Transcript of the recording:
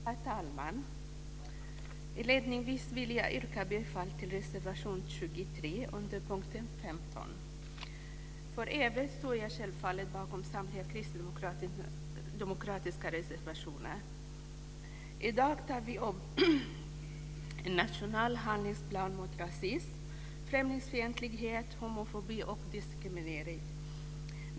Herr talman! Inledningsvis yrkar jag bifall till reservation 23 under punkt 15. För övrigt står jag självfallet bakom samtliga kristdemokratiska reservationer. I dag tar vi upp en nationell handlingsplan mot rasism, främlingsfientlighet, homofobi och diskriminering.